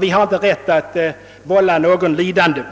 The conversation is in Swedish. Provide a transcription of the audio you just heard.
Vi har inte rätt att vålla någon lidande.